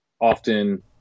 often